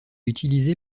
utilisée